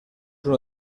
uno